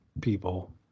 people